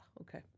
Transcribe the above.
Okay